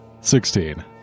Sixteen